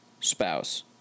spouse